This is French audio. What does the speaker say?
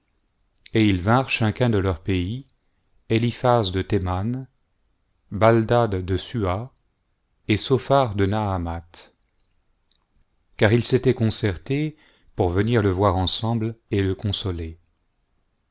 et ils vinrent chacun de leur pays éliphaz de théraan baldad de suha et sophar de naamath car ils s'étaient concertée pour venir le voir ensemble et le consoler